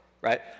right